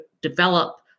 develop